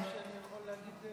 אין מצב שאני יכול להגיד שתי מילים?